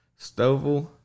Stovall